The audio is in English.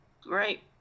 Great